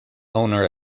owner